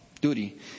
Duty